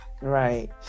Right